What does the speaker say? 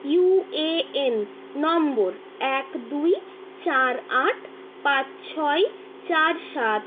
UAN নম্বর এক দুই চার আট পাঁচ ছয় চার সাত